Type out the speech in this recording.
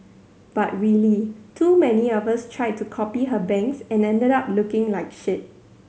but really too many of us tried to copy her bangs and ended up looking like shit